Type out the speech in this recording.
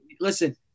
Listen